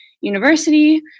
university